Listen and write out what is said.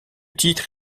titre